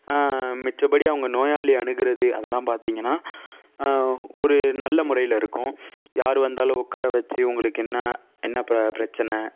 மிச்சபடி அவங்க நோயாளி அணுகிறது அதெலாம் பார்த்திங்கனா ஒரு நல்ல முறைலயிருக்கும் யார் வந்தாலும் உட்கார வச்சு உங்களுக்கு என்ன என்ன பிரச்சனை